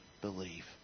believe